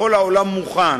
וכל העולם מוכן.